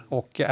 och